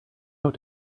out